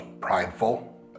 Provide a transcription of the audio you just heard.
prideful